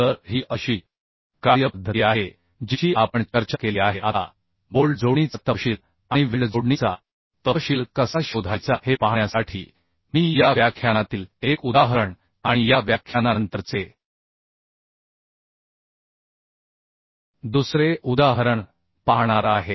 तर ही अशी कार्यपद्धती आहे जिची आपण चर्चा केली आहे आता बोल्ट जोडणीचा तपशील आणि वेल्ड जोडणीचा तपशील कसा शोधायचा हे पाहण्यासाठी मी या व्याख्यानातील एक उदाहरण आणि या व्याख्यानानंतरचे दुसरे उदाहरण पाहणार आहे